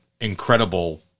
incredible